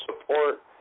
support